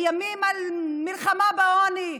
הימים על מלחמה בעוני.